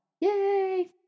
Yay